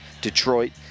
Detroit